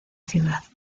ciudad